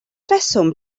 rheswm